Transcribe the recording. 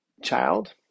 child